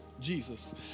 Jesus